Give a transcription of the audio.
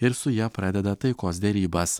ir su ja pradeda taikos derybas